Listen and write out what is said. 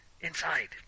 Inside